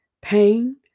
pain